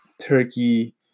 turkey